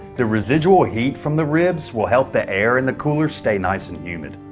the residual heat from the ribs will help the air in the cooler stay nice and humid.